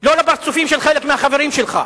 לא לפרצופים של חלק מהחברים שלך.